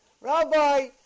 Rabbi